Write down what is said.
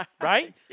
Right